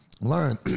learn